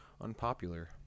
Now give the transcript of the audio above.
unpopular